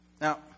Now